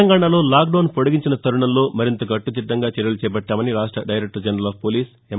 తెలంగాణలో లాక్డౌన్ పొడిగించిన తరుణంలో మరింత కట్లుదిట్లంగా చర్యలు చేపట్లామని రాష్ట director general of police M